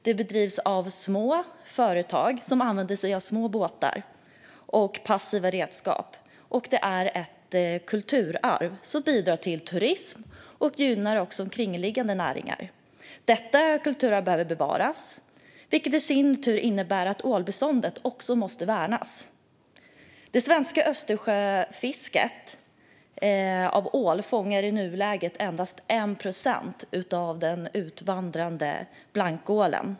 Det bedrivs av små företag som använder sig av små båtar och passiva redskap. Det är ett kulturarv som bidrar till turism och gynnar omkringliggande näringar. Detta kulturarv behöver bevaras. Det innebär i sin tur att ålbeståndet måste värnas. Det svenska Östersjöfisket av ål fångar i nuläget endast 1 procent av den utvandrande blankålen.